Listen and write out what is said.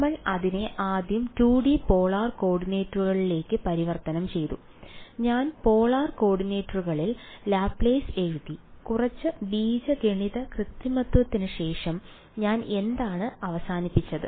നമ്മൾ അതിനെ ആദ്യം 2D പോളാർ കോർഡിനേറ്റുകളിലേക്ക് പരിവർത്തനം ചെയ്തു ഞാൻ പോളാർ കോർഡിനേറ്റുകളിൽ ലാപ്ലേസ് എഴുതി കുറച്ച് ബീജഗണിത കൃത്രിമത്വത്തിന് ശേഷം ഞാൻ എന്താണ് അവസാനിപ്പിച്ചത്